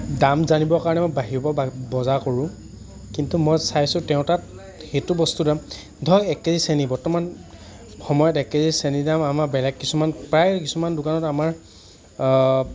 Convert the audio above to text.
দাম জানিবৰ কাৰণে মই বাহিৰৰ পৰাও বজাৰ কৰোঁ কিন্তু মই চাইছোঁ তেওঁৰ তাত সেইটো বস্তুৰ দাম ধৰক এক কেজি চেনি বৰ্তমান সময়ত এক কেজি চেনিৰ দাম আমাৰ বেলেগ কিছুমান প্ৰায়ে কিছুমান দোকানত আমাৰ